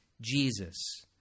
Jesus